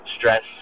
Stress